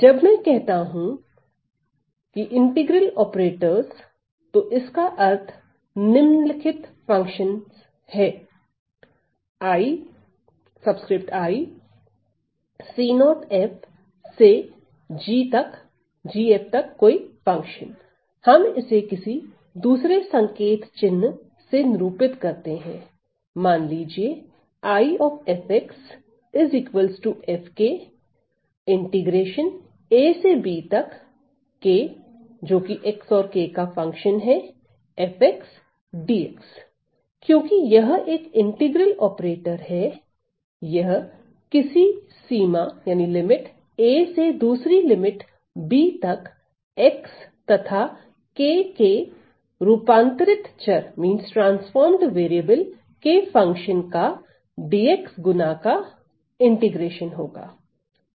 जब मैं कहता हूं इंटीग्रल ऑपरेटरस तो इसका अर्थ निम्नलिखित फंक्शन है हम इसे किसी दूसरे संकेत चिन्ह से निरूपित करते हैं मान लीजिए क्योंकि यह एक इंटीग्रल ऑपरेटर है यह किसी सीमा a से दूसरी सीमा b तक x तथा K के रूपांतरित चर के फंक्शन का dx गुना का समाकलन होगा